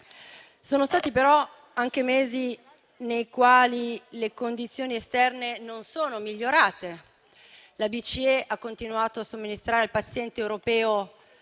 Sono stati però anche mesi nei quali le condizioni esterne non sono migliorate; la BCE ha continuato a somministrare al paziente europeo